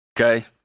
Okay